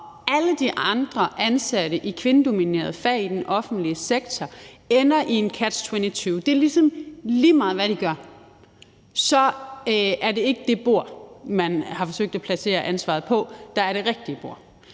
alle de andre ansatte i kvindedominerede fag i den offentlige sektor ender i en catch-22. Det er ligesom lige meget, hvad de gør, så er det ikke det bord, som man har forsøgt at placere ansvaret på, der er det rigtige bord.